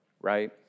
right